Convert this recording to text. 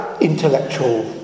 intellectual